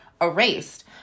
erased